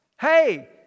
hey